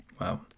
Wow